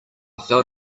felt